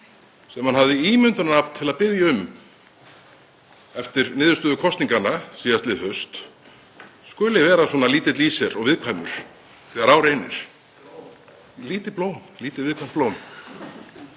sem hann hafði ímyndunarafl til að biðja um eftir niðurstöðu kosninganna síðastliðið haust skuli vera svona lítill í sér og viðkvæmur þegar á reynir. (Gripið fram í: Lítið blóm.)